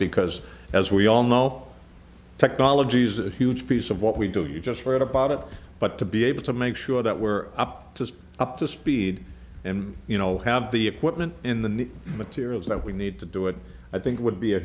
because as we all know technologies a huge piece of what we do you just read about it but to be able to make sure that we're up to speed up to speed and you know have the equipment in the materials that we need to do it i think would be a